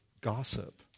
gossip